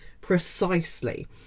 precisely